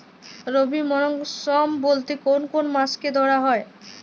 রবি মরশুম বলতে কোন কোন মাসকে ধরা হয়?